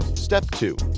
step two.